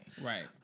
Right